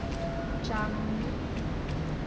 changi